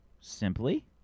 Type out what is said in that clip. simply